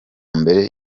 mbere